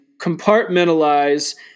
compartmentalize